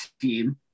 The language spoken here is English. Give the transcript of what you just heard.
team